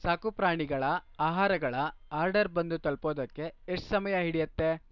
ಸಾಕುಪ್ರಾಣಿಗಳ ಆಹಾರಗಳ ಆರ್ಡರ್ ಬಂದು ತಲುಪೋದಕ್ಕೆ ಎಷ್ಟು ಸಮಯ ಹಿಡಿಯುತ್ತೆ